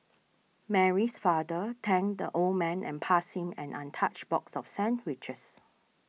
Mary's father thanked the old man and passing an untouched box of sandwiches